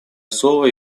слово